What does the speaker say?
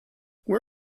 where